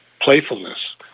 playfulness